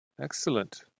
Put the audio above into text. Excellent